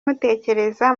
mutekereza